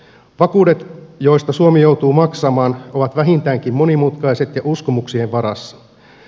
vakuudet joista suomi joutuu maksamaan ovat vähintäänkin monimutkaiset ja uskomuksien varassa